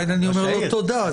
אני אומר לו תודה.